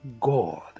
God